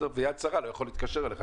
ויד שרה לא יכולה להתקשר אליך,